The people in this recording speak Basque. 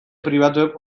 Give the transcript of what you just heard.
pribatuek